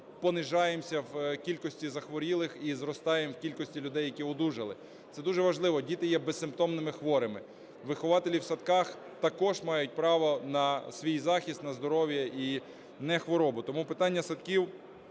понижаємося в кількості захворілих і зростаємо в кількості людей, які одужали. Це дуже важливо, діти є безсимптомними хворими. Вихователі в садках також мають право на свій захист, на здоров'я і не хворобу. Тому питання садків,